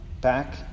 back